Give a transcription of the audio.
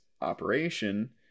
operation